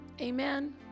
amen